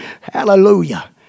Hallelujah